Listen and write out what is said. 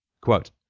Quote